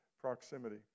proximity